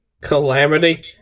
Calamity